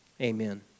Amen